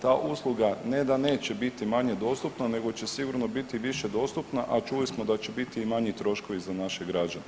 Ta usluga ne da neće biti manje dostupna nego će sigurno biti više dostupna, a čuli smo da će biti i manji troškovi za naše građane.